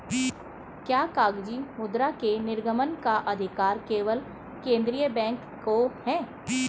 क्या कागजी मुद्रा के निर्गमन का अधिकार केवल केंद्रीय बैंक को है?